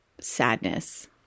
sadness